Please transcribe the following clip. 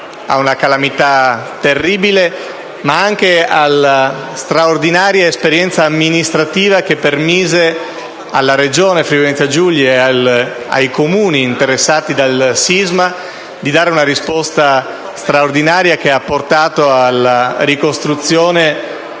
ad una calamità terribile, ma anche per la straordinaria esperienza amministrativa che permise alla Regione Friuli-Venezia Giulia e ai Comuni interessati dal sisma di dare una risposta straordinaria, che ha portato alla ricostruzione